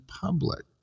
public